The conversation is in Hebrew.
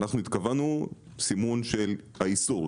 אנחנו התכוונו לסימון של האיסור.